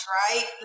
right